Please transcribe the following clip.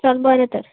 चल बरें तर